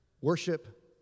worship